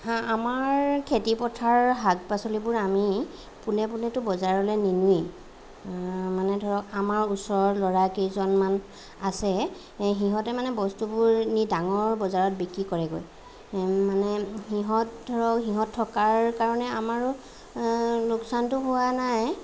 হা আমাৰ খেতিপথাৰৰ শাক পাচলিবোৰ আমি পোনে পোনেতো বজাৰলৈ নিনোৱেই মানে ধৰক আমাৰ ওচৰৰ ল'ৰা কেইজনমান আছে এ সিহঁতে মানে বস্তুবোৰ নি ডাঙৰ বজাৰত বিক্ৰী কৰেগৈ মানে সিহঁত ধৰক সিহঁত থকাৰ কাৰণে আমাৰো লোকচানতো হোৱা নাই